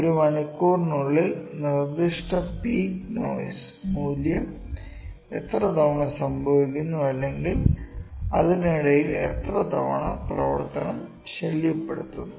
ഒരു മണിക്കൂറിനുള്ളിൽ നിർദ്ദിഷ്ട പീക്ക് നോയ്സ് മൂല്യം എത്ര തവണ സംഭവിക്കുന്നു അല്ലെങ്കിൽ അതിനിടയിൽ എത്ര തവണ പ്രവർത്തനം ശല്യപ്പെടുത്തുന്നു